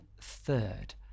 third